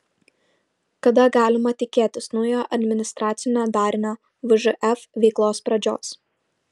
kada galima tikėtis naujojo administracinio darinio vžf veiklos pradžios